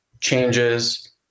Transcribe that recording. changes